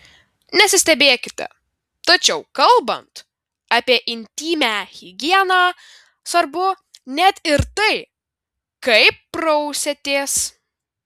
nesistebėkite tačiau kalbant apie intymią higieną svarbu net ir tai kaip prausiatės